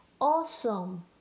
awesome